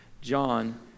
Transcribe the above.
John